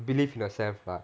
believe in yourself lah